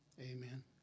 Amen